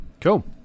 cool